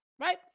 right